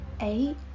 eight